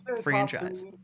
franchise